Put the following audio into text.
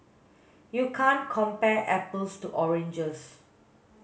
you can't compare apples to oranges